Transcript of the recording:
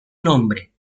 nombre